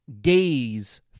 days